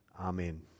Amen